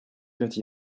got